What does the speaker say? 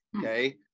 Okay